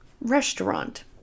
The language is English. Restaurant